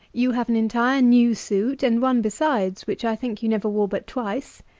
you have an entire new suit and one besides, which i think you never wore but twice.